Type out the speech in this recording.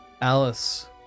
Alice